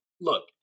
look